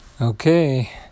Okay